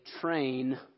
train